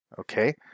Okay